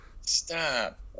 Stop